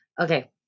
Okay